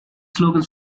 slogans